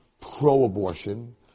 pro-abortion